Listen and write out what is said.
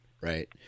Right